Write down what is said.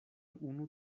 unu